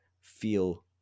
feel